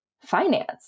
finance